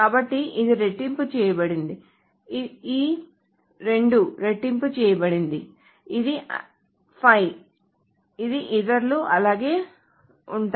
కాబట్టి ఇది రెట్టింపు చేయబడింది ఈ 2 రెట్టింపు చేయబడింది ఇది 5 ఇది ఇతరులు అలాగే ఉంటాయి